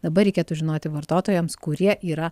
dabar reikėtų žinoti vartotojams kurie yra